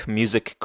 music